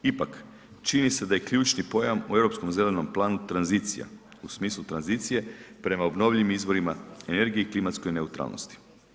Ipak, čini se da je ključni pojam u Europskom zelenom planu tranzicija, u smislu tranzicije prema obnovljivim izvorima energije i klimatskoj neutralnosti.